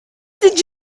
did